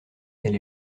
elle